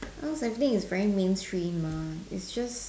almost everything is very mainstream mah is just